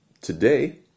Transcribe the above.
Today